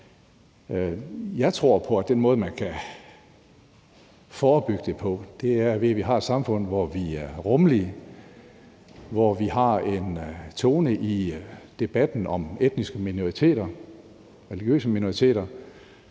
Jeg tror på, at den måde, man kan forebygge det på, er, at vi har et samfund, hvor vi er rummelige, og hvor vi har en tone i debatten om etniske og religiøse minoriteter,